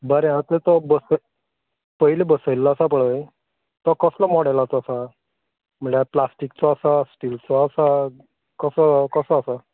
बरें आतां तो बसय पयले बसयल्लो आसा पळय तो कसलो मॉडलाचो आसा म्हळ्या प्लास्टिकचो आसा स्टिलचो आसा कसो कसो आसा